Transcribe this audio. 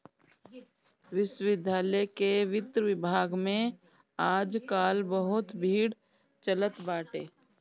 विश्वविद्यालय के वित्त विभाग में आज काल बहुते भीड़ चलत बाटे